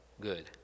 good